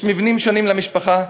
שיש מבנים שונים למשפחה,